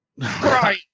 Right